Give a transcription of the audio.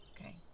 Okay